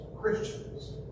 Christians